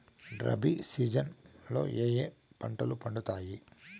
rabi season లో ఏ ఏ పంటలు పండుతాయి